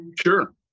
Sure